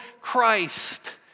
Christ